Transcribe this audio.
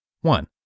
One